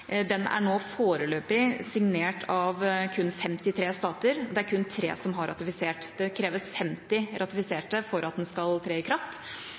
den prosessen som ledet til denne forbudstraktaten, foreløpig signert av kun 53 stater, og det er kun 3 som har ratifisert den. Det kreves 50 ratifiserte for at den skal tre i kraft.